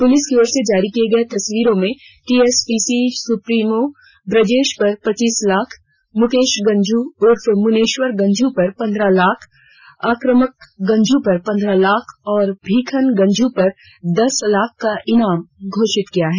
police की ओर से जारी किए गए तस्वीरों में टीएसपीसी सुप्रीमो ब्रजेश पर पच्चीस लाख मुकेश गंझू उर्फ मुनेश्वर गंझू पर पन्द्रह लाख आक्रमण गंझू पर पंद्रह लाख और भीखन गंझू पर दस लाख का ईनाम घोषित किया गया है